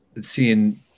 seeing